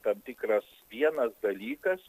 tam tikras vienas dalykas